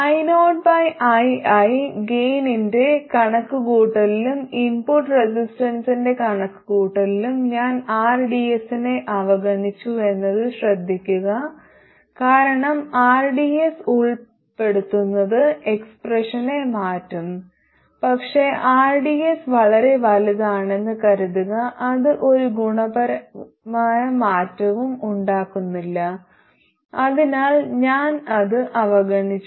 io by ii ഗെയിനിന്റെ കണക്കുകൂട്ടലിലും input റെസിസ്റ്റൻസിന്റെ കണക്കുകൂട്ടലിലും ഞാൻ rds നെ അവഗണിച്ചുവെന്നത് ശ്രദ്ധിക്കുക കാരണം rds ഉൾപ്പെടുത്തുന്നത് എക്സ്പ്രഷനെ മാറ്റും പക്ഷേ rds വളരെ വലുതാണെന്ന് കരുതുക അത് ഒരു ഗുണപരമായ മാറ്റവും ഉണ്ടാക്കുന്നില്ല അതിനാൽ ഞാൻ അത് അവഗണിച്ചു